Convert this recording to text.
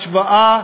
השוואה,